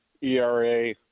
ERA